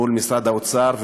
מול משרד האוצר.